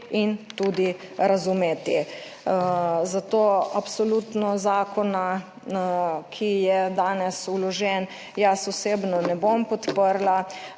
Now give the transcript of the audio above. in tudi razumeti. Zato absolutno zakona, ki je danes vložen jaz osebno ne bom podprla.